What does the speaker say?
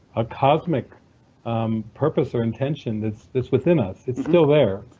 a cosmic um purpose or intention that's that's within us it's still there,